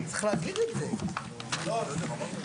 הישיבה ננעלה בשעה 12:07.